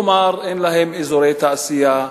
כלומר, אין להן אזורי תעשייה,